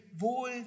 Wohl